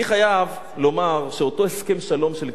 אני חייב לומר, אותו הסכם שלום של קמפ-דייוויד,